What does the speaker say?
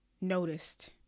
noticed